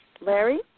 Larry